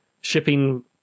Shipping